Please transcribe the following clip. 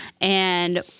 And-